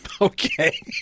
Okay